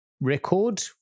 record